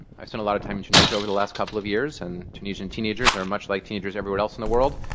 i spent a lot of time in tunisia over the last couple of years, and tunisian teenagers are much like teenagers everywhere else in the world.